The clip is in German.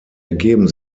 ergeben